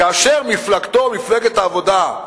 כאשר מפלגתו, מפלגת העבודה,